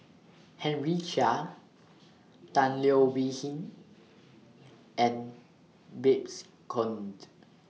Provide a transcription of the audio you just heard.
Henry Chia Tan Leo Wee Hin and Babes Conde